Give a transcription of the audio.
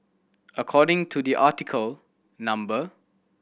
according to the article number